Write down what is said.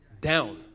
down